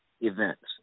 events